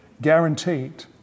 guaranteed